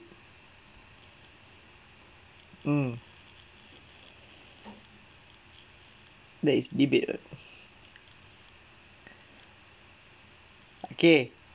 mm that is debate [what] okay